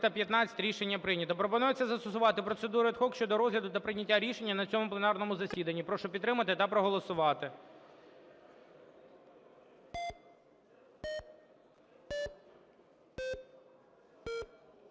Прошу підтримати та проголосувати.